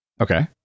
Okay